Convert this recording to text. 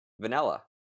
Vanilla